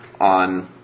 on